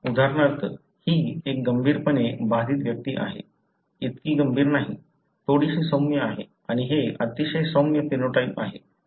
उदाहरणार्थ ही एक गंभीरपणे बाधित व्यक्ती आहे इतकी गंभीर नाही थोडीशी सौम्य आहे आणि हे अतिशय सौम्य फेनोटाइप आहेत